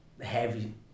heavy